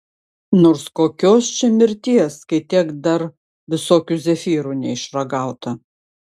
nors kokios čia mirties kai tiek dar visokių zefyrų neišragauta